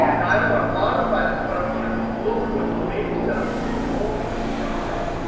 now, i don't want to modify this. but i want to go look what makes up normal style.